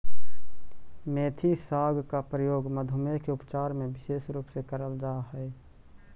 मेथी साग का प्रयोग मधुमेह के उपचार में विशेष रूप से करल जा हई